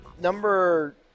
number